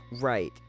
Right